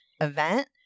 event